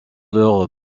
leurs